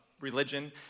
religion